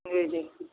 جی جی